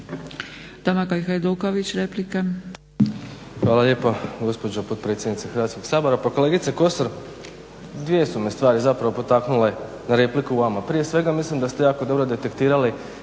replika. **Hajduković, Domagoj (SDP)** Hvala lijepo gospođo potpredsjednice Hrvatskog sabora. Pa kolegice Kosor, dvije su me stvari potaknule na repliku vama. Prije svega mislim da ste jako dobro detektirali